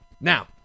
Now